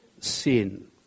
sin